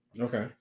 okay